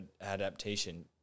adaptation